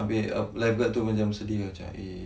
abeh lifeguard tu macam sedih ah macam eh